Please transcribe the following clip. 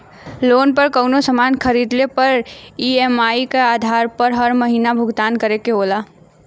loan पर कउनो सामान खरीदले पर ई.एम.आई क आधार पर हर महीना भुगतान करे के होला